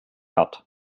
hat